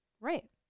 Right